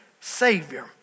savior